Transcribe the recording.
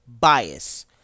bias